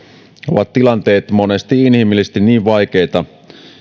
ovat tilanteet monesti inhimillisesti niin vaikeita